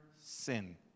sin